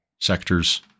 sectors